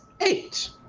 eight